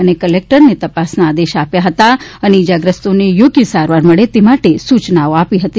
અને કલેક્ટરને તપાસના આદેશ આપ્યા હતા અને ઇજાગ્રસ્તોને યોગ્ય સારવાર મળે તે માટે સૂચનાઓ આપી હતી